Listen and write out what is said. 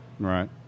Right